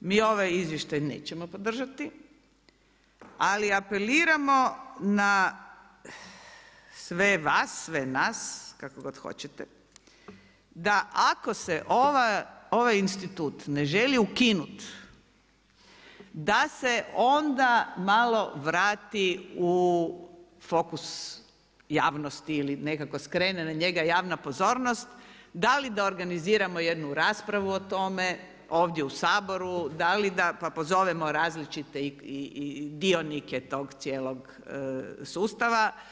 Mi ovaj izvještaj nećemo podržati, ali apeliramo na sve vas, sve nas kako god hoćete da ako se ovaj institut ne želi ukinut da se onda malo vrati u fokus javnosti ili nekako skrene na njega javna pozornost, da li da organiziramo jednu raspravu o tome ovdje u Saboru pa pozovemo različite dionike tog cijelog sustava.